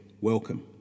Welcome